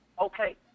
Okay